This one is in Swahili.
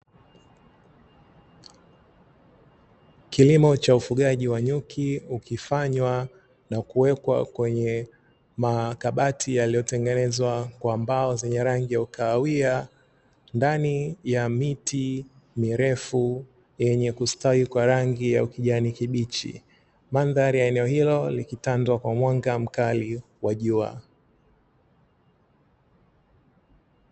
Kilimo cha ufugaji wa nyuki, ukifanywa na kuwekwa kwenye makabati yaliyotengenezwa na mbao yenye rangi ya ukahawia, ndani ya miti mirefu yenye kustawi kwa rangi ya kijani kibichi. Mandhari ya eneo hilo likitandwa kwa mwanga wa jua.